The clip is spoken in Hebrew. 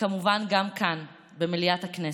וכמובן גם כאן במליאת הכנסת.